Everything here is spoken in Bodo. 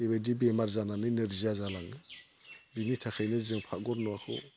बेबायदि बेमार जानानै नोरजिया जालाङो बेनि थाखायनो जों फाकघर न'खौ